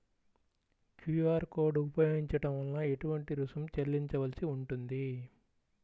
QR code ఉపయోగించటం వలన ఏటువంటి రుసుం చెల్లించవలసి ఉంటుంది?